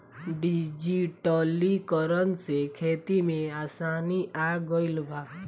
डिजिटलीकरण से खेती में आसानी आ गईल हवे